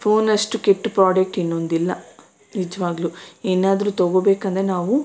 ಫೋನಷ್ಟು ಕೆಟ್ಟ ಪ್ರಾಡಕ್ಟ್ ಇನ್ನೊಂದಿಲ್ಲ ನಿಜವಾಗಲೂ ಏನಾದರೂ ತಗೋಬೇಕೆಂದ್ರೆ ನಾವು